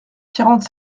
quarante